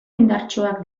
indartsuak